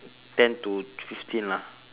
ten to fifteen lah